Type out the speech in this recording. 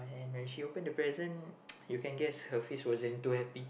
and when she open the present you can guess her face wasn't too happy